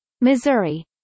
Missouri